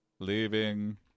Leaving